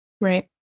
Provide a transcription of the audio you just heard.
Right